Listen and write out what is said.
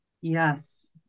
Yes